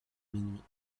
minuit